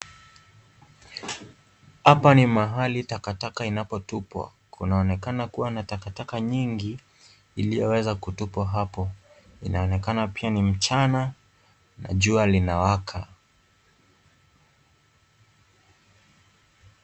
Hapa ni mahali takataka inapotupwa. Kunaonekana kuwa na takataka nyingi iliyoweza kutupwa hapo. Inaonekana pia ni mchana na jua linawaka.